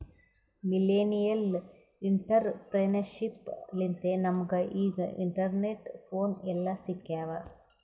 millennial entrepreneurship ಲಿಂತೆ ನಮುಗ ಈಗ ಇಂಟರ್ನೆಟ್, ಫೋನ್ ಎಲ್ಲಾ ಸಿಕ್ಯಾವ್